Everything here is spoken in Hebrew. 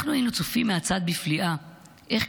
אנחנו היינו צופים מהצד בפליאה איך,